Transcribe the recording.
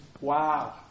wow